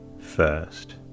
first